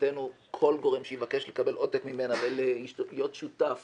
מבחינתנו כל גורם שיבקש לקבל עותק ממנה ולהיות שותף